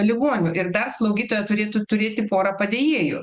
ligonių ir dar slaugytoja turėtų turėti porą padėjėjų